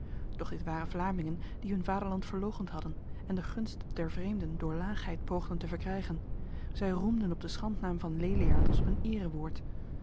dit waren vlamingen die hun vaderland verloochend hadden en de gunst der vreemden door laagheid poogden te verkrijgen zij roemden op de schandnaam van leliaard als op een erewoord